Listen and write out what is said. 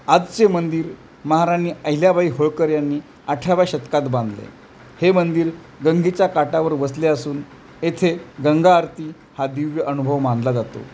आजचे मंदिर महाराणी अहिल्याबाई होळकर यांनी आठराव्या शतकात बांधले हे मंदिर गंगेच्या काठावर वसले असून येथे गंगा आरती हा दिव्य अनुभव मानला जातो